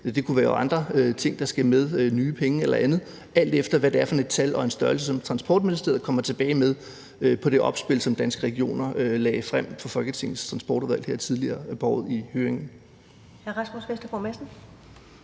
Det kunne være andre ting, der skal med, nye penge eller andet, alt efter hvad det er for et tal og en størrelse, som Transportministeriet kommer tilbage med på det opspil, som Danske Regioner lagde frem for Folketingets Transportudvalg her tidligere på året i høringen.